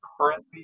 Currently